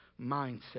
mindset